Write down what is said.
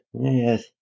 Yes